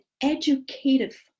educative